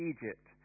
Egypt